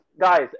guys